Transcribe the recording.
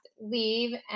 leave